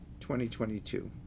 2022